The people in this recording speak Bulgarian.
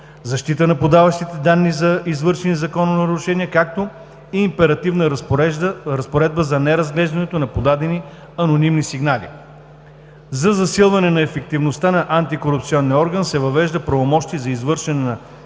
защита за подаващите данни за извършени закононарушения, като и императивна разпоредба за не разглеждането на подадени анонимни сигнали. За засилване на ефективността на антикорупционния орган се въвежда правомощие за извършване на